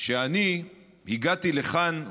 שאני הגעתי לכאן,